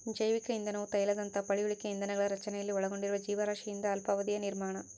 ಜೈವಿಕ ಇಂಧನವು ತೈಲದಂತಹ ಪಳೆಯುಳಿಕೆ ಇಂಧನಗಳ ರಚನೆಯಲ್ಲಿ ಒಳಗೊಂಡಿರುವ ಜೀವರಾಶಿಯಿಂದ ಅಲ್ಪಾವಧಿಯ ನಿರ್ಮಾಣ